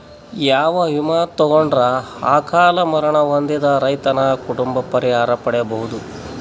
ಯಾವ ವಿಮಾ ತೊಗೊಂಡರ ಅಕಾಲ ಮರಣ ಹೊಂದಿದ ರೈತನ ಕುಟುಂಬ ಪರಿಹಾರ ಪಡಿಬಹುದು?